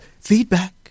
feedback